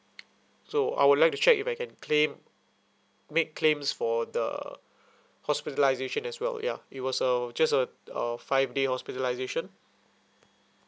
so I would like to check if I can claim make claims for the hospitalisation as well ya it was uh just uh uh five day hospitalisation